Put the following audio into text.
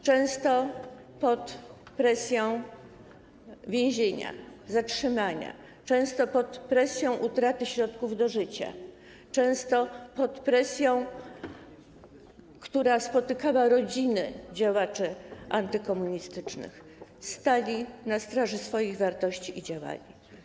Często pod presją więzienia, zatrzymania, często pod presją utraty środków do życia, często pod presją, która spotykała rodziny działaczy antykomunistycznych, stali na straży swoich wartości i działali.